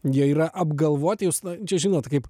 jie yra apgalvoti jūs čia žinot kaip